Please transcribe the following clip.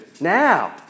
now